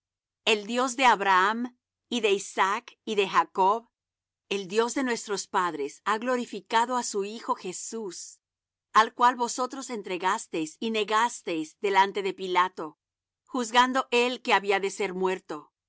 el dios de abraham y de isaac y de jacob el dios de nuestros padres ha glorificado á su hijo jesús al cual vosotros entregasteis y negasteis delante de pilato juzgando él que había de ser suelto